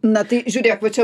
na tai žiūrėk va čia